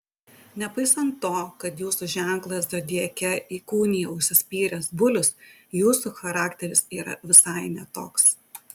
nepaisant to kad jūsų ženklą zodiake įkūnija užsispyręs bulius jūsų charakteris yra visai ne toks